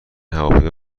هواپیما